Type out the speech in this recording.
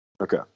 Okay